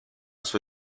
sua